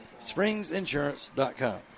springsinsurance.com